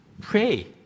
Pray